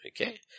Okay